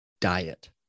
diet